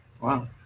Wow